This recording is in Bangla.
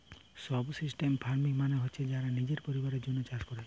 সুবসিস্টেন্স ফার্মিং মানে হচ্ছে যারা নিজের পরিবারের জন্যে চাষ কোরে